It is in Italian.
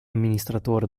amministratore